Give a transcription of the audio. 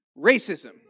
racism